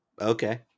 Okay